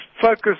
focus